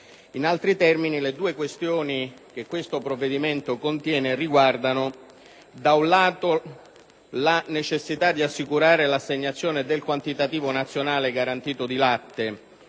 In altri termini, le due questioni che il provvedimento in esame contiene riguardano, da un lato la necessità di assicurare l'assegnazione del quantitativo nazionale di latte